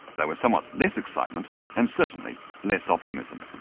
though with somewhat less excitement and certainly less optimism.